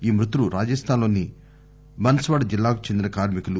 ఈ మృతులు రాజస్థాన్ లోని భన్స్ వాడ జిల్లాకు చెందిన కార్మికులు